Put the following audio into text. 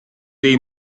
dei